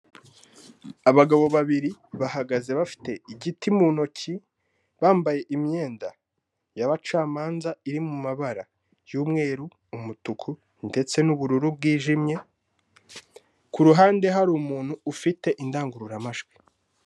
Abagabo babiri bahagaze bafite igiti mu ntoki, bambaye imyenda y'abacamanza, iri mu mabara y'umweru, umutuku, ndetse n'ubururu bwijimye, ku ruhande hari umuntu ufite indangururamajwi.